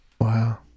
Wow